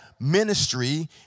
ministry